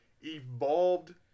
evolved